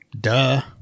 duh